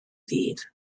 ddydd